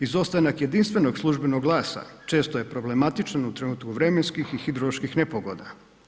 Izostanak jedinstvenog službenog glasa često je problematičan u trenutku vremenskih i hidroloških nepogoda.